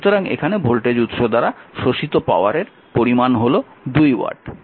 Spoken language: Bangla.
সুতরাং এখানে ভোল্টেজ উৎস দ্বারা শোষিত পাওয়ারের পরিমান হল 2 ওয়াট